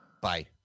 Bye